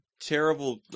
terrible